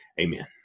Amen